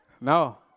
No